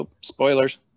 Spoilers